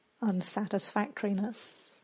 unsatisfactoriness